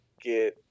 get